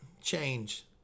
change